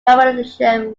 carmarthenshire